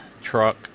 truck